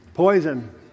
Poison